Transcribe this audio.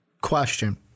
Question